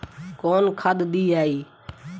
कौन खाद दियई?